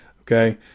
Okay